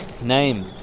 Name